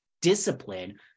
discipline